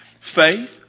Faith